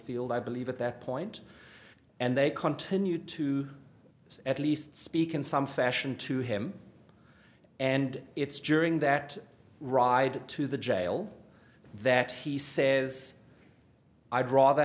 field i believe at that point and they continue to at least speak in some fashion to him and it's journeying that ride to the jail that he says i'd rather